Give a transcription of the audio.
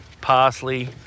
parsley